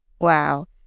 Wow